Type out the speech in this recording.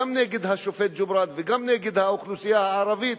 גם נגד השופט ג'ובראן וגם נגד האוכלוסייה הערבית,